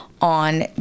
on